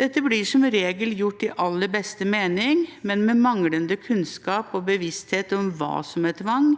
Dette blir som regel gjort i aller beste mening, men med manglende kunnskap og bevissthet om hva som er tvang,